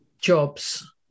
jobs